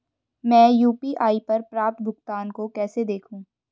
मैं यू.पी.आई पर प्राप्त भुगतान को कैसे देखूं?